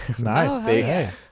nice